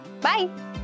bye